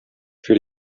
für